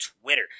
Twitter